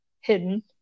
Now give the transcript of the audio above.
hidden